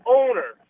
owner